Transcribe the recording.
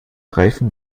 reifen